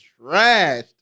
trashed